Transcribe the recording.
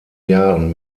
jahren